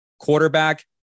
quarterback